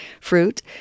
fruit